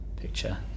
picture